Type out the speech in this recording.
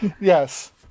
Yes